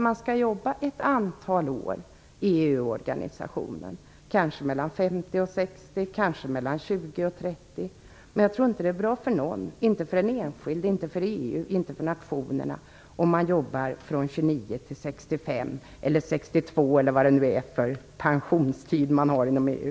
Man skall jobba ett antal år i EU-organisationen - kanske när man är mellan 50 och 60 år, kanske när man är mellan 20 och 30 år, men jag tror inte att det är bra för någon, inte för den enskilde, inte för EU och inte för nationerna, om man jobbar från 29 års ålder tills man är 65 eller 62, eller vad det nu är för pensionsålder man har inom EU.